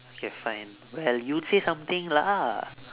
okay fine well you say something lah